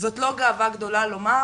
זאת לא גאווה גדולה לומר